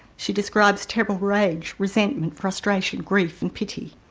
she describes terrible rage, resentment, frustration, grief and pity.